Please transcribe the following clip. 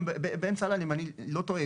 אם אני לא טועה,